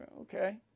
Okay